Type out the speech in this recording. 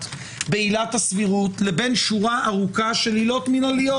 בעילת הסבירות לבין שורה ארוכה של עילות מינהליות,